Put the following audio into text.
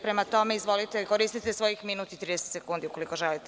Prema tome, izvolite, koristite svojih minut i 30 sekundi, ukoliko želite.